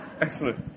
excellent